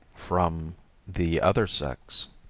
from the other sex